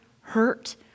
hurt